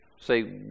Say